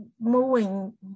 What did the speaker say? moving